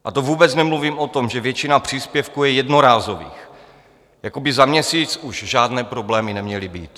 A to vůbec nemluvím o tom, že většina příspěvků je jednorázových, jako by za měsíc už žádné problémy neměly být.